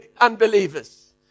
unbelievers